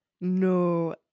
No